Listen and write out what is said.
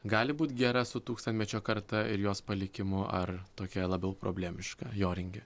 gali būt gera su tūkstantmečio karta ir jos palikimu ar tokia labiau problemiška joringi